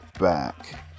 back